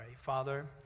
Father